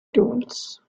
dunes